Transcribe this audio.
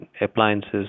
appliances